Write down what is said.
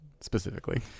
specifically